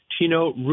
Tino